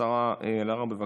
השרה אלהרר, בבקשה,